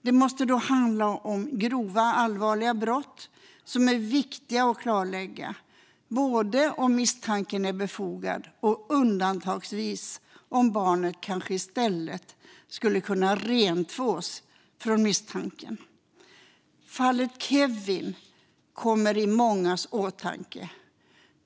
Det måste då handla om grova, allvarliga brott där det är viktigt att klarlägga både om misstanken är befogad och, undantagsvis, om barnet kanske i stället skulle kunna rentvås från misstanken. Fallet Kevin kommer i mångas åtanke.